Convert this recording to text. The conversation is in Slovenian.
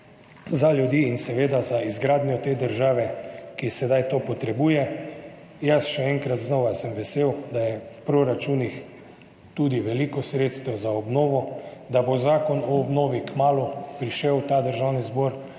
za ljudi in seveda za izgradnjo te države, ki sedaj to potrebuje. Še enkrat, znova, vesel sem, da je v proračunih tudi veliko sredstev za obnovo, da bo zakon o obnovi kmalu prišel v Državni zbor,